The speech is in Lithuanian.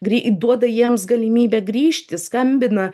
grei duoda jiems galimybę grįžti skambina